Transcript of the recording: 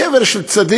קבר של צדיק,